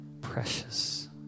precious